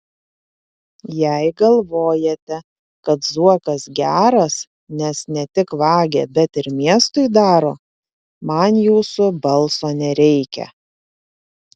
jei galvojate kad zuokas geras nes ne tik vagia bet ir miestui daro man jūsų balso nereikia